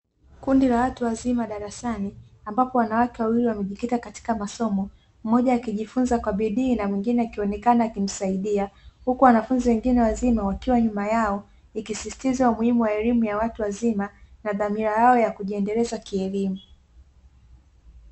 Kundi la watu wazima darasani, ambapo wanawake wawili wamekikita katika masomo, mmoja akijifunza kwa bidii na mwingine akionekana akimsaidia, huku wanafunzi wengine wazima wakiwa nyuma yao, ikisisitizwa elimu ya watu wazima na dhamira yao ya kujiendeleza kielimu.